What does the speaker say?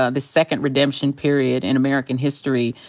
ah the second redemption period in american history,